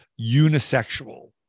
unisexual